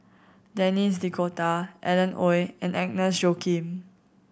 Denis D'Cotta Alan Oei and Agnes Joaquim